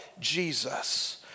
Jesus